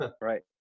Right